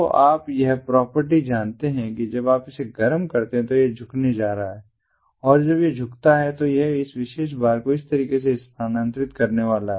तो आप यह प्रॉपर्टी जानते हैं कि जब आप इसे गर्म करते हैं तो यह झुकने जा रहा है और जब यह झुकता है तो यह इस विशेष बार को इस तरीके से स्थानांतरित करने वाला है